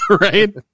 Right